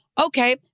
okay